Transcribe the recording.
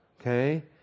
Okay